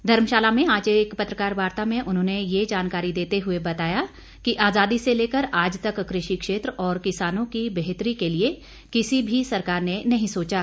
धर्मशाला में आज एक पत्रकार वार्ता में उन्होंने ये जानकारी देते हुए बताया कि आजादी से लेकर आज तक कृषि क्षेत्र और किसानों की बेहतरी के लिए किसी भी सरकार ने नहीं सोचा